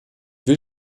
will